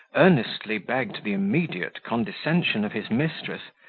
earnestly begged the immediate condescension of his mistress,